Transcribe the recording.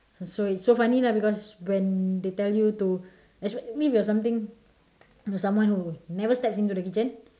so it's so funny lah because when they tell you to especially I mean when you are something someone who never steps into the kitchen